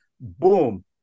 Boom